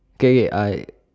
okay